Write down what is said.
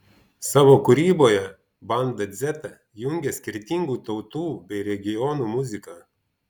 savo kūryboje banda dzeta jungia skirtingų tautų bei regionų muziką